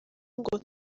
ngo